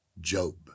Job